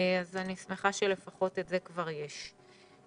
אני שמחה שלפחות את זה כבר יש לנו.